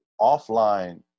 Offline